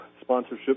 sponsorship